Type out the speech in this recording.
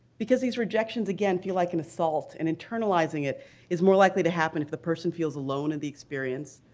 because these rejections again feel like an assault and internalizing it is more likely to happen if the person feels alone in the experience,